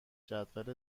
جدول